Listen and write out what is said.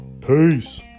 Peace